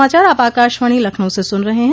यह समाचार आप आकाशवाणी लखनऊ से सुन रहे हैं